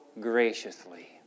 graciously